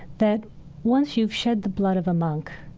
that once you've shed the blood of a monk,